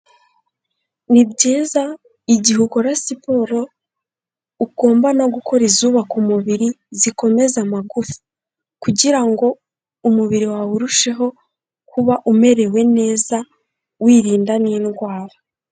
Ni byiza igihe ukora siporo ugomba no gukora izubaka umubiri zikomeza amagufa, kugira ngo umubiri wawe urusheho kuba umerewe neza wirinda n'indwara.